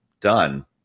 Done